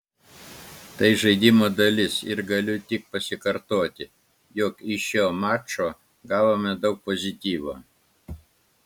tai žaidimo dalis ir galiu tik pasikartoti jog iš šio mačo gavome daug pozityvo